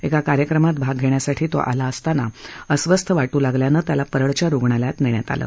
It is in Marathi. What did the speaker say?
एका कार्यक्रमात भाग घेण्यासाठी तो आला असताना अस्वस्थ वा लागल्यानं त्याला परळच्या रुग्णालयात नेलं